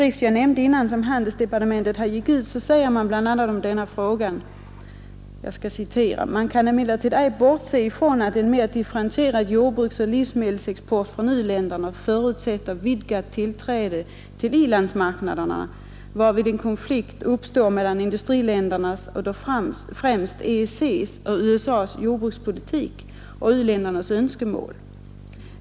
I handelsdepartementets skrift sägs bl.a. om denna fråga: ”Man kan emellertid ej bortse ifrån att en mer differentierad jordbruksoch livsmedelsexport från u-länderna förutsätter vidgat tillträde till i-landsmarknaderna, varvid en konflikt uppstår mellan industriländernas och då främst EEC:s och USA:s jordbrukspolitik och u-ländernas önskemål.